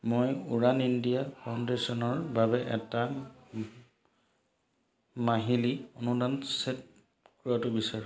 মই উড়ান ইণ্ডিয়া ফাউণ্ডেশ্যনৰ বাবে এটা মাহিলি অনুদান চেট কৰাটো বিচাৰোঁ